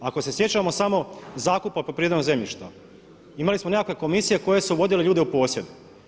Ako se sjećamo samo zakupa poljoprivrednog zemljišta, imali smo nekakve komisije koje su vodili ljudi u posjedu.